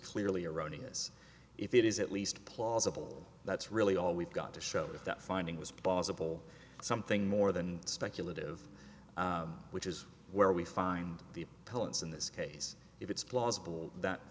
clearly erroneous if it is at least plausible that's really all we've got to show that that finding was plausible something more than speculative which is where we find the balance in this case if it's plausible that